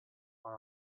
are